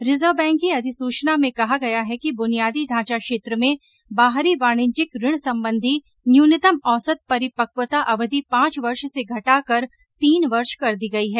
reserve bank की अधिसूचना में कहा गया है कि बुनियादी ढांचा क्षेत्र में बाहरी वाणिज्यिक ऋण संबंधी न्यूनतम औसत परिपक्वता अवधि पांच वर्ष से घटाकर तीन वर्ष कर दी गई है